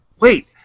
wait